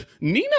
Nina